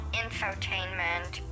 infotainment